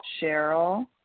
Cheryl